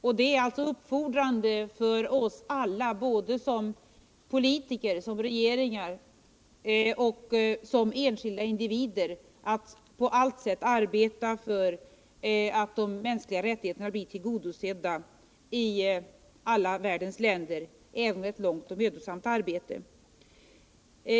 Och det är alltså uppfordrande för oss alla, som politiker, som regeringsmedlemmar och som enskilda individer, att på allt sätt arbeta för att de mänskliga rättigheterna blir tillgodosedda i alla världens länder, även om det är ett stort och mödosamt arbete.